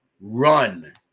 run